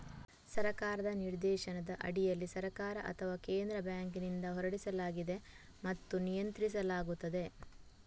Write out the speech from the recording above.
ಸರ್ಕಾರದ ನಿರ್ದೇಶನದ ಅಡಿಯಲ್ಲಿ ಸರ್ಕಾರ ಅಥವಾ ಕೇಂದ್ರ ಬ್ಯಾಂಕಿನಿಂದ ಹೊರಡಿಸಲಾಗಿದೆ ಮತ್ತು ನಿಯಂತ್ರಿಸಲಾಗುತ್ತದೆ